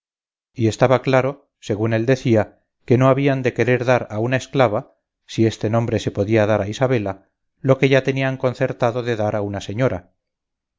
y estaba claro según él decía que no habían de querer dar a una esclava si este nombre se podía dar a isabela lo que ya tenían concertado de dar a una señora